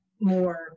more